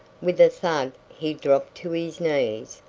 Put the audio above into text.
with a thud he dropped to his knees,